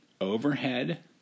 Overhead